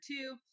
two